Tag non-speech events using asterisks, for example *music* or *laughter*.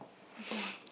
*noise*